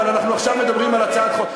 אבל אנחנו עכשיו מדברים על הצעת חוק.